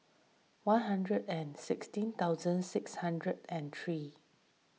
one hundred and sixteen thousand six hundred and three